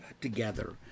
together